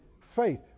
faith